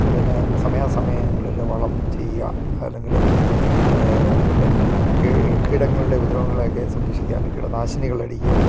അതിന് സമയാ സമയങ്ങളിൽ വളം ചെയ്യാൻ അല്ലെങ്കിൽ പിന്നെ കീടങ്ങളുടെ ഉപദ്രവങ്ങളെ ഒക്കെ സംരക്ഷിക്കാൻ കീട നാശിനികൾ അടിക്കുക